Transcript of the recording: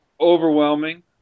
overwhelming